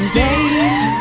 days